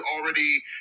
already